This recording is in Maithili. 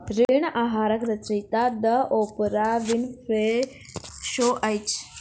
ऋण आहारक रचयिता द ओपराह विनफ्रे शो अछि